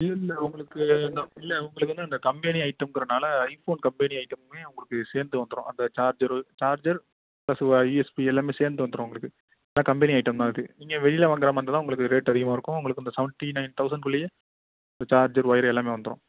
இல்லை இல்லை உங்களுக்கு இல்லை உங்களுக்கு வந்து அந்த கம்பெனி ஐட்டம்ங்கிறனால ஐ ஃபோன் கம்பெனி ஐட்டமுமே உங்களுக்கு சேர்ந்து வந்துடும் அந்த சார்ஜரு சார்ஜர் பிளஸ் யூஎஸ்பி எல்லாமே சேர்ந்து வந்துடும் உங்களுக்கு எல்லாம் கம்பெனி ஐட்டம் தான் அது நீங்கள் வெளியில் வாங்கிற மாதிரி இருந்தால் தான் உங்களுக்கு ரேட்டு அதிகமாக இருக்கும் உங்களுக்கு அந்த செவன்டி நயன் தௌசண்ட் குள்ளையே இந்த சார்ஜர் ஒயர் எல்லாமே வந்துடும்